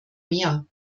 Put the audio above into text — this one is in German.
mehr